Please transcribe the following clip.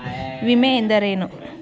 ವಿಮೆ ಎಂದರೇನು?